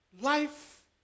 Life